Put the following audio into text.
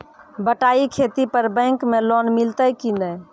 बटाई खेती पर बैंक मे लोन मिलतै कि नैय?